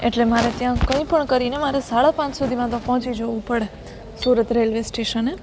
એટલે મારે ત્યાં કંઈપણ કરીને સાડા પાંચ સુધીમાં તો પહોંચી જવું પડે સુરત રેલવે સ્ટેશને